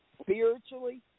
spiritually